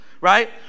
Right